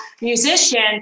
musician